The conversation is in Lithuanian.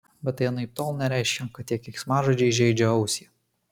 bet tai anaiptol nereiškia kad tie keiksmažodžiai žeidžia ausį